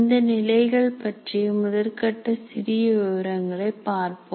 இந்த நிலைகள் பற்றிய முதற்கட்ட சிறிய விவரங்களை பார்ப்போம்